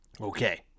Okay